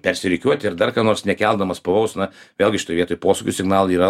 persirikiuoti ir dar ką nors nekeldamas pavojaus na vėlgi šitoj vietoj posūkių signalai yra